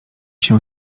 się